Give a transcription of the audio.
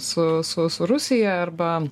su su rusija arba